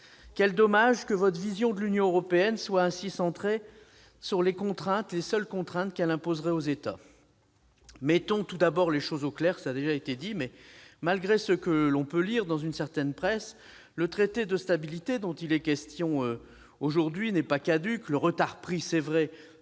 Quel dommage que votre vision de l'Union européenne soit ainsi centrée sur les contraintes, les seules contraintes qu'elle imposerait aux États ! Mettons tout d'abord les choses au clair : malgré ce que l'on peut lire dans une certaine presse, le traité de stabilité dont il est question aujourd'hui n'est pas caduc. Si, il l'est ! Le retard pris, il est vrai,